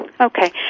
Okay